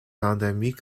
endémique